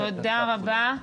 אוקיי, תודה רבה.